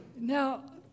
Now